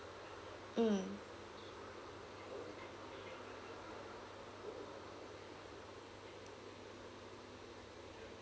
mm